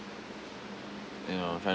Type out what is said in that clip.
you know trying to